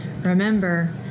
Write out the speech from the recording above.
remember